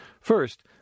First